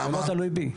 זה לא תלוי בי.